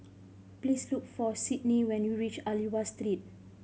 please look for Cydney when you reach Aliwal Street